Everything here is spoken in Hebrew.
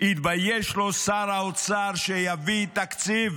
יתבייש לו שר האוצר שיביא תקציב